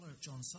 John